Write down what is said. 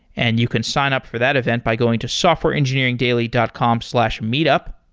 and you can sign up for that event by going to softwareengineeringdaily dot com slash meetup.